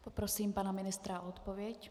Poprosím pana ministra o odpověď.